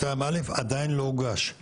2א עדיין לא הוגש,